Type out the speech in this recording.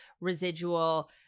residual